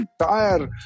entire